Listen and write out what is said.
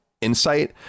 insight